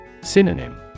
Synonym